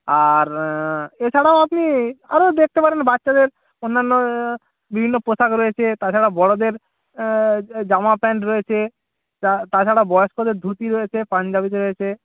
আর এছাড়াও আপনি আরো দেকতে পারেন বাচ্চাদের অন্যান্য বিভিন্ন পোশাক রয়েছে তাছাড়া বড়োদের জামা প্যান্ট রয়েছে তাছাড়া বয়স্কদের ধুতি রয়েছে পাঞ্জাবি রয়েছে